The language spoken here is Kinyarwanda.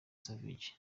savage